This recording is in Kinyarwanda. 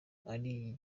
ari